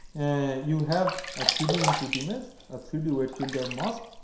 you have a three d input image, a three d weight filter mask,